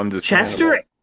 Chester